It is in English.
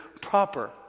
proper